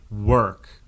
work